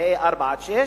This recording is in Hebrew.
גילאי ארבע עד שש,